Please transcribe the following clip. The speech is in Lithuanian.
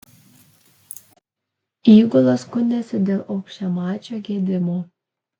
įgula skundėsi dėl aukščiamačio gedimo